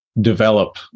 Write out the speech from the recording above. develop